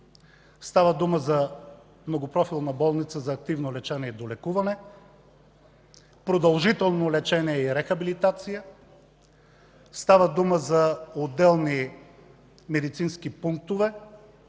стълба – за многопрофилна болница за активно лечение и долекуване, продължително лечение и рехабилитация, за отделни медицински пунктове,